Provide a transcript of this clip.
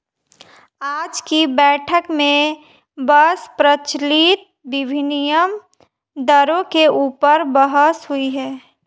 आज की बैठक में बस प्रचलित विनिमय दरों के ऊपर बहस हुई थी